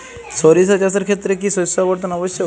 সরিষা চাষের ক্ষেত্রে কি শস্য আবর্তন আবশ্যক?